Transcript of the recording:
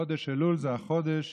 חודש אלול הוא החודש